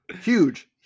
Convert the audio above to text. Huge